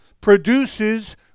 produces